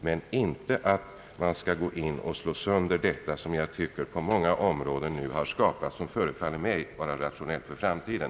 Men man skall inte slå sönder de distributionsformer som förefaller mig vara rationella även för framtiden.